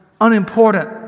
unimportant